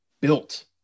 built